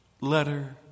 letter